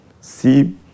see